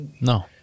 no